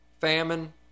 famine